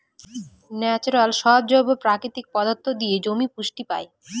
natural সব জৈব প্রাকৃতিক পদার্থ দিয়ে জমি পুষ্টি পায়